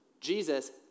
Jesus